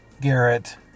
Garrett